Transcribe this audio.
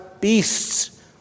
beasts